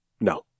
No